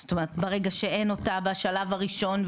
זאת אומרת ברגע שאין אותה בשלב הראשון,